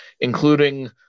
including